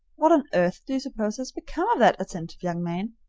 what on earth do you suppose has become of that attentive young man?